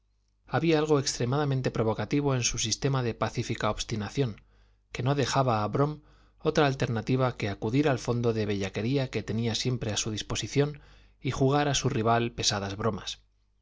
había algo extremadamente provocativo en su sistema de pacífica obstinación que no dejaba a brom otra alternativa que acudir al fondo de bellaquería que tenía siempre a su disposición y jugar a su rival pesadas bromas